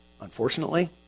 unfortunately